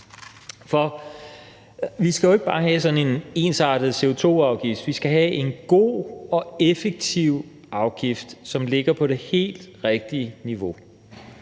For vi skal jo ikke bare have sådan en ensartet CO2-afgift, vi skal have en god og effektiv afgift, som ligger på det helt rigtige niveau.